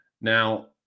Now